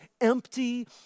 empty